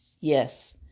Yes